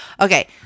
Okay